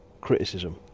criticism